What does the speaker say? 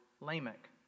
Lamech